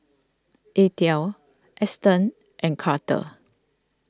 Eathel Eston and Carter